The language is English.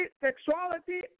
sexuality